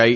આઈ